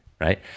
Right